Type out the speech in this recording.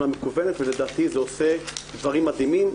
המקוונת ולדעתי זה עושה דברים מדהימים.